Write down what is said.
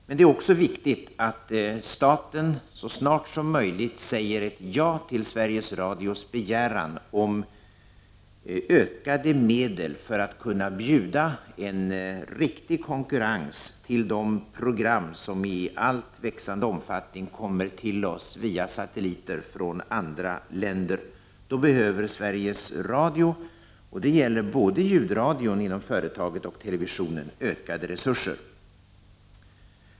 Men det är också viktigt att staten så snart som möjligt säger ja till Sveriges Radios begäran om ökade medel för att man skall kunna bjuda på riktig konkurrens till de program som i en växande omfattning kommer till oss via satelliter från andra länder. Då behöver Sveriges Radio — och det gäller både ljudradion inom företaget och televisionen — ökade resurser.